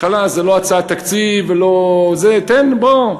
לא הצעת תקציב, בוא.